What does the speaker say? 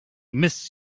miss